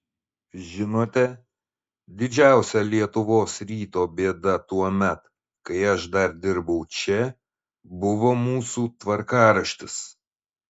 žinote didžiausia lietuvos ryto bėda tuomet kai aš dar dirbau čia buvo mūsų tvarkaraštis